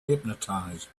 hypnotized